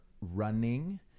running